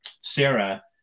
Sarah